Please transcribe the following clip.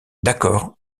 d’accord